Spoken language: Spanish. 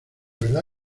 verdad